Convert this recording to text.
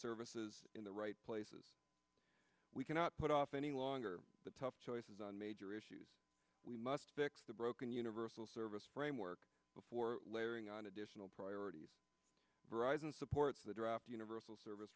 services in the right places we cannot put off any longer the tough choices on major issues we must fix the broken universal service framework before layering on additional priorities arise and supports the draft universal service